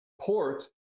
port